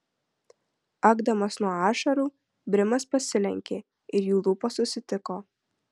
akdamas nuo ašarų brimas pasilenkė ir jų lūpos susitiko